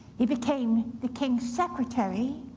he became the king's secretary,